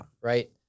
right